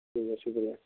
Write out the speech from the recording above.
ٹھیک ہے شکریہ